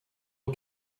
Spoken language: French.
aux